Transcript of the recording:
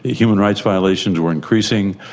human rights violations were increasing.